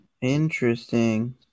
Interesting